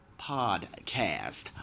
podcast